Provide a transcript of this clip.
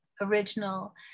original